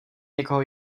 někoho